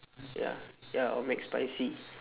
ya ya or mcspicy